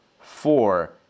four